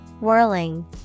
Whirling